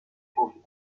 changées